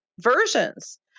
versions